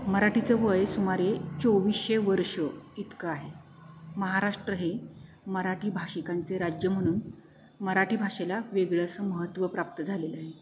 मराठीचं वय सुमारे चोवीसशे वर्ष इतकं आहे महाराष्ट्र हे मराठी भाषिकांचे राज्य म्हणून मराठी भाषेला वेगळं असं महत्त्व प्राप्त झालेलं आहे